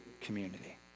community